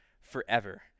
forever